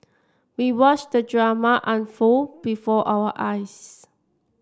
we watched the drama unfold before our eyes